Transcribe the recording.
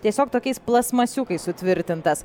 tiesiog tokiais plasmasiukais sutvirtintas